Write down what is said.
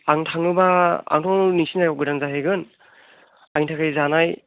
आं थाङोबा आंथ' नोंसिनि जायगायाव गोदान जाहैगोन आंनि थाखाय जानाय